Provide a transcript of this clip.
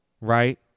Right